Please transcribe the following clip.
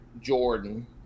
Jordan